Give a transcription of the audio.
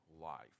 Life